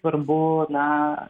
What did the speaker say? svarbu na